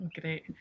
Great